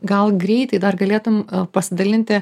gal greitai dar galėtum pasidalinti